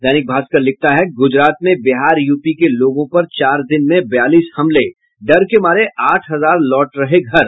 दैनिक भास्कर लिखता है गुजरात में बिहार यूपी के लोगों पर चार दिन में बयालीस हमले डर के मारे आठ हजार लौट रहे घर